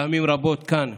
פעמים רבות כאן,